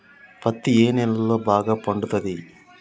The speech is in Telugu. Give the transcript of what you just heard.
పత్తి ఏ నేలల్లో బాగా పండుతది?